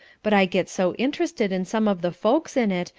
but i get so interested in some of the folks in it,